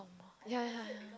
ya ya ya